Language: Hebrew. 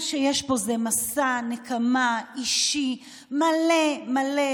מה שיש פה זה מסע נקמה אישי מלא מלא